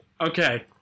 Okay